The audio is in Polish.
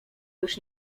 już